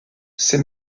ses